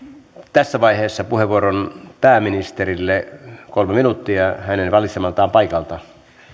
tässä vaiheessa puheenvuoron pääministerille kolme minuuttia hänen valitsemaltaan paikalta